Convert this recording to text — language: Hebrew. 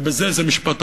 ובזה זה משפט אחרון.